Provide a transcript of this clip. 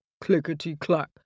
clickety-clack